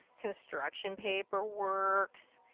construction paper works.